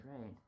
right